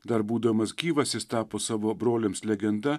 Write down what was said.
dar būdamas gyvas jis tapo savo broliams legenda